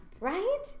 Right